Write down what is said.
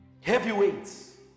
Heavyweights